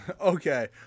okay